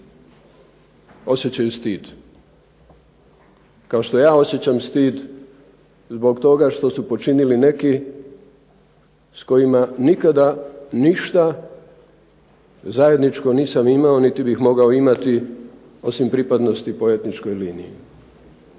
osjećaju stid kao što ja osjećam stid zbog toga što su počinili neki s kojima nikada ništa zajedničko nisam imao niti bih mogao imati osim pripadnosti po etničkoj liniji.